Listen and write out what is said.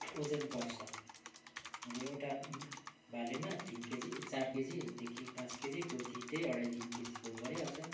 ओजन बढ्छ अन्त एउटा भालेमा तिन केजी चार केजीदेखि पाँच केजी पोथी त्यही अढाई तिन केजीको भइहाल्छ